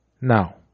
Now